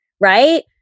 right